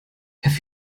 have